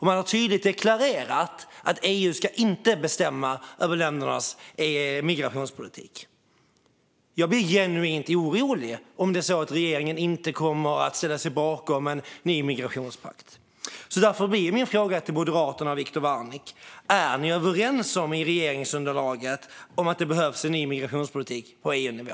Man har tydligt deklarerat att EU inte ska bestämma över ländernas migrationspolitik. Jag blir genuint orolig om det är så att regeringen inte kommer att ställa sig bakom en ny migrationspakt. Därför blir min fråga till Moderaterna och Viktor Wärnick: Är ni i regeringsunderlaget överens om att det behövs en ny migrationspolitik på EU-nivå?